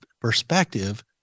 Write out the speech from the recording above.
perspective